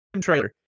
trailer